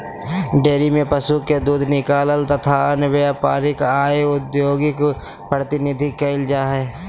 dairy में पशु के दूध निकालल तथा अन्य व्यापारिक आर औद्योगिक गतिविधि कईल जा हई